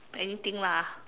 anything lah